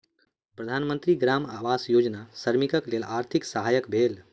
प्रधान मंत्री ग्रामीण आवास योजना श्रमिकक लेल आर्थिक सहायक भेल